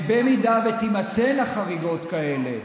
אם תימצאנה חריגות כאלה,